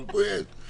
אבל פה יש.